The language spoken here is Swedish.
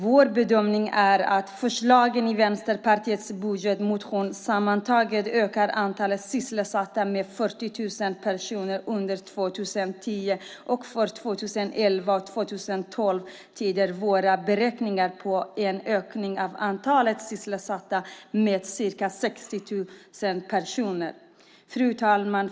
Vår bedömning är att förslagen i Vänsterpartiets budgetmotion sammantaget ökar antalet sysselsatta med 40 000 personer under 2010. För 2011 och 2012 tyder våra beräkningar på en ökning av antalet sysselsatta med ca 60 000 personer. Fru talman!